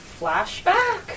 flashback